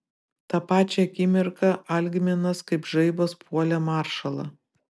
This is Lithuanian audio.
tą pačią akimirką algminas kaip žaibas puolė maršalą